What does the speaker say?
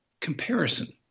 comparison